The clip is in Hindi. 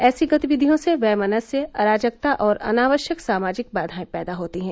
ऐसी गतिविधियों से वैमनस्य अराजकता और अनावश्यक सामाजिक बाधाएं पैदा होती हैं